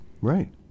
right